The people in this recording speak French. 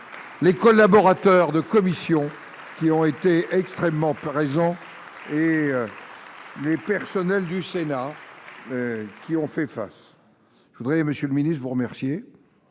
Les collaborateurs de commission qui ont été extrêmement peu raison. Les personnels du Sénat. Qui ont fait face. Je voudrais, Monsieur le Ministre vous remercier.